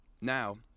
Now